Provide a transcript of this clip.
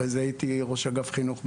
אחרי זה הייתי ראש אגף חינוך בגבעתיים.